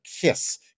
kiss